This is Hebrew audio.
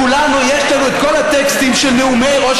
לכולנו יש את כל הטקסטים של נאומי ראש